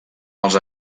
els